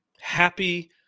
Happy